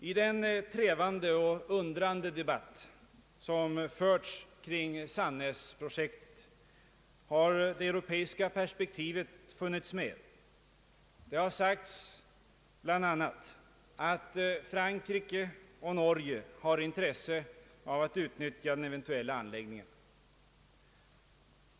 I den trevande och undrande debatt som förts kring Sannäsprojektet har det europeiska perspektivet funnits med. Det har sagts att bland andra Frankrike och Norge har intresse av att utnyttja den eventuella anläggningen.